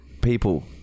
People